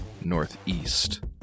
northeast